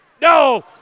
No